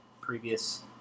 Previous